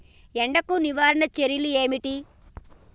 ఎండకు నివారణ చర్యలు ఏమిటి?